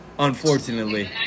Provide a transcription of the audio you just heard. Unfortunately